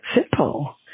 simple